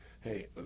hey